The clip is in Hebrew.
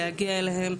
להגיע אליהם,